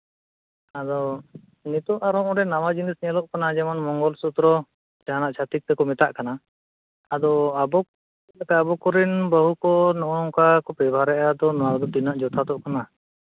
ᱟᱫᱚ ᱱᱤᱛᱚᱜ ᱟᱨᱚ ᱚᱸᱰᱮ ᱱᱟᱣᱟ ᱡᱤᱱᱤᱥ ᱧᱮᱞᱚᱜ ᱠᱟᱱᱟ ᱡᱮᱢᱚᱱ ᱢᱚᱝᱜᱚᱞ ᱥᱩᱛᱨᱚ ᱡᱟᱦᱟᱱᱟᱜ ᱪᱷᱟᱹᱛᱤᱠ ᱫᱚᱠᱚ ᱢᱮᱛᱟᱜ ᱠᱟᱱᱟ ᱟᱫᱚ ᱟᱵᱚ ᱪᱮᱫ ᱞᱮᱠᱟ ᱟᱵᱚ ᱠᱚᱨᱤᱱ ᱵᱟᱹᱦᱩ ᱠᱚ ᱱᱚᱝᱠᱟ ᱠᱚ ᱵᱮᱵᱚᱦᱟᱨ ᱮᱫᱟ ᱟᱫᱚ ᱱᱚᱣᱟ ᱠᱚᱫᱚ ᱛᱤᱱᱟᱹᱜ ᱡᱚᱛᱷᱟᱛᱚᱜ ᱠᱟᱱᱟ